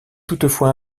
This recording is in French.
toutefois